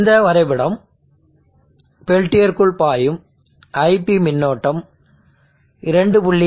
இந்த வரைபடம் பெல்டியருக்குள் பாயும் iP மின்னோட்டம் 2